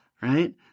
right